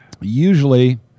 usually